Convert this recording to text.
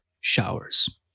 showers